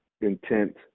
Intent